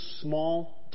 small